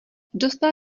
dostal